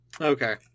Okay